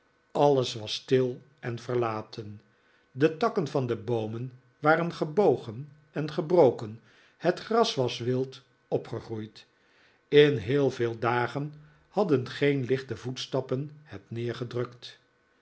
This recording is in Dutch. alles was stil en verlaten de takken van de boomen waren gebogen en gebroken het gras was wild opgegroeid in heel veel dagen hadden geen lichte voetstappen het neergedrukt